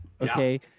Okay